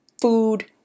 food